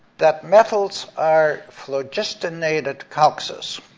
that metals are phlogistonated calxes.